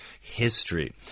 history